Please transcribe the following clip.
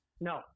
No